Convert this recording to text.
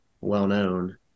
well-known